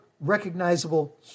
recognizable